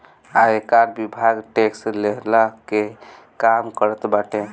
आयकर विभाग टेक्स लेहला के काम करत बाटे